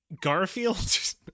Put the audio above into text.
Garfield